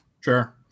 Sure